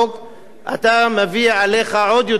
אתה מביא עליך עוד יותר אסונות.